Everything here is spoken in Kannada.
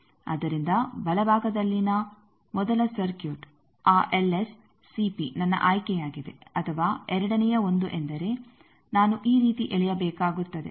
ಆದ್ದರಿಂದ ಬಲ ಭಾಗದಲ್ಲಿನ ಮೊದಲ ಸರ್ಕ್ಯೂಟ್ ಆ ನನ್ನ ಆಯ್ಕೆಯಾಗಿದೆ ಅಥವಾ ಎರಡನೆಯ 1 ಎಂದರೆ ನಾನು ಈ ರೀತಿ ಎಳೆಯಬೇಕಾಗುತ್ತದೆ